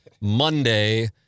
Monday